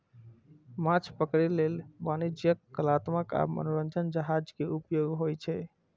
माछ पकड़ै लेल वाणिज्यिक, कलात्मक आ मनोरंजक जहाज के उपयोग होइ छै